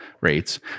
rates